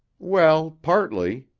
well, partly.